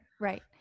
right